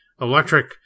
electric